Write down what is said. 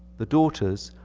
the daughters,